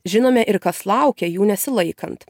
žinome ir kas laukia jų nesilaikant